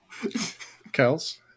Kels